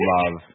Love